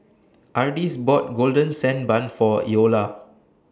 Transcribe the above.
Ardis bought Golden Sand Bun For Eola